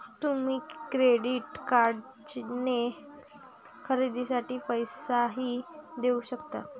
तुम्ही क्रेडिट कार्डने खरेदीसाठी पैसेही देऊ शकता